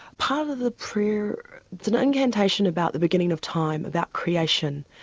part of the prayer it's an incantation about the beginning of time, about creation,